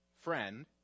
friend